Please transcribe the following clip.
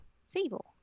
Sable